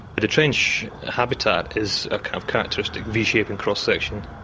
the trench habitat is a kind of characteristic v-shape in cross section.